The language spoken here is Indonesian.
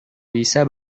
bisa